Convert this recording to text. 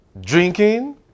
Drinking